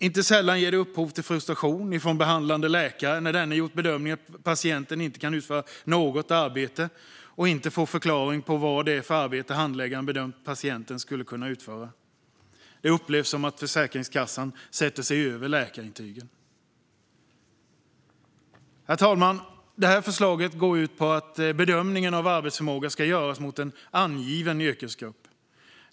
Inte sällan ger det upphov till frustration från behandlande läkare när denne gjort bedömningen att patienten inte kan utföra något arbete och inte får någon förklaring vad gäller det arbete som handläggaren bedömt att patienten skulle kunna utföra. Det upplevs som att Försäkringskassan sätter sig över läkarintygen. Herr talman! Det här förslaget går ut på att bedömningen av arbetsförmåga ska göras mot en angiven yrkesgrupp.